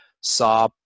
saw